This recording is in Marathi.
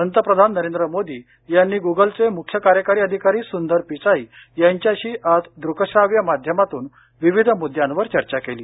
पंतप्रधान नरेंद्र मोदी यांनी गुगलचे मुख्य कार्यकारी अधिकारी सुंदर पिचाई यांच्याशी आज दृकश्राव्य माध्यमातून विविध मुद्द्यांवर चर्चा केली